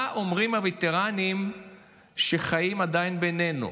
מה אומרים הווטרנים שעדיין חיים בינינו?